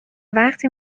وقتی